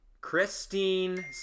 Christine